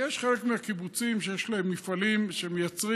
יש חלק מהקיבוצים שיש להם מפעלים שמייצרים,